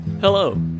Hello